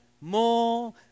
more